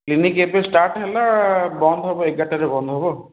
clinic ଏବେ start ହେଲା ବନ୍ଦ ହେବ ଏଗାରଟାରେ ବନ୍ଦ ହେବ ଆଉ